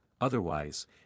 otherwise